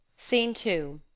scene two.